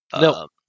No